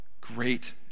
Great